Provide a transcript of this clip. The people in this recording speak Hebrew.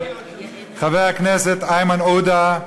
חבר הכנסת איימן עודה,